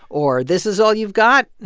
or this is all you've got? and